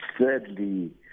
thirdly